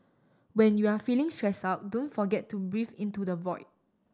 when you are feeling stressed out don't forget to breathe into the void